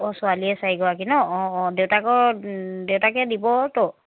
অঁ ছোৱালীয়ে চাৰিগৰাকী ন অঁ অঁ দেউতাকৰ দেউতাকে দিবতো